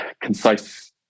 concise